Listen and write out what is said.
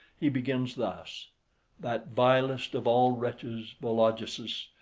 he begins thus that vilest of all wretches, vologesus,